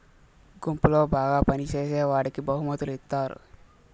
గుంపులో బాగా పని చేసేవాడికి బహుమతులు ఇత్తారు